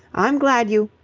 i'm glad you.